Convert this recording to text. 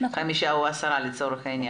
חמישה או עשרה לצורך העניין.